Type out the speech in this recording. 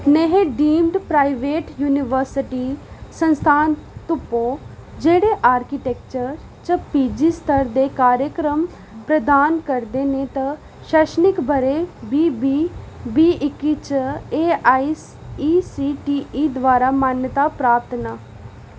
नेह् deemed private university संस्थान तुप्पो जेह्ड़े आर्किटेक्चर च पीजी स्तर दे कार्यक्रम प्रदान करदे ने त शैक्षणिक ब'रे बी बी बीह् इक्की च ए आई इ सी टी ई द्वारा मान्यता प्राप्त न